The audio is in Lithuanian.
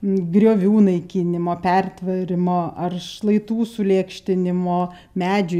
griovių naikinimo pertvėrimo ar šlaitų sulėkštinimo medžių